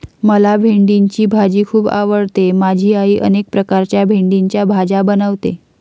मला भेंडीची भाजी खूप आवडते माझी आई अनेक प्रकारच्या भेंडीच्या भाज्या बनवते